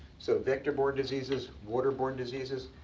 so vector-borne diseases, waterborne diseases.